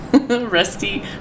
rusty